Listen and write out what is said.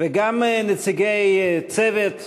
וגם נציגי "צוות",